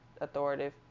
authoritative